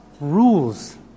rules